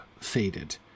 faded